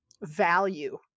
value